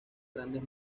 grandes